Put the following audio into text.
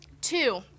Two